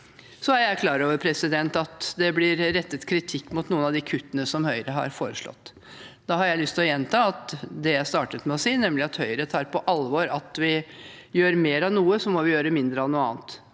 Jeg er klar over at det er blitt rettet kritikk mot noen av de kuttene Høyre har foreslått. Da har jeg lyst til å gjenta det jeg startet med å si, nemlig at Høyre tar på alvor at skal vi gjøre mer av noe, må vi gjøre mindre av noe annet.